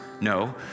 no